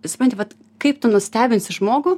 supranti vat kaip tu nustebinsi žmogų